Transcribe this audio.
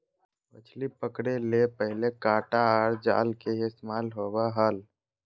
मछली पकड़े ले पहले कांटा आर जाल के ही इस्तेमाल होवो हल